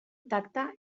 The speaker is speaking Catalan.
tacte